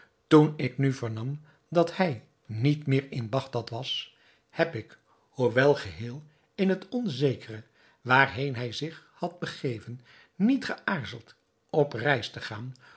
toen ik nu vernam dat hij niet meer in bagdad was heb ik hoewel geheel in het onzekere waarheen hij zich had begeven niet geaarzeld op reis te gaan